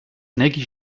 energy